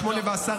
08:10,